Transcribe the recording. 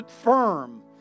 firm